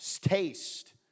taste